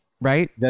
right